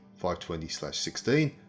520-16